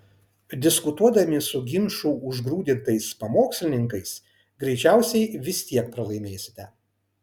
diskutuodami su ginčų užgrūdintais pamokslininkais greičiausiai vis tiek pralaimėsite